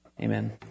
Amen